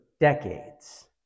decades